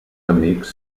amics